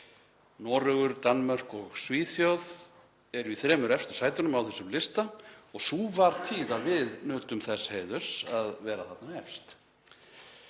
Noregur, Danmörk og Svíþjóð eru í þremur efstu sætunum á þessum lista og sú var tíð að við nutum þess heiðurs að vera þarna efst.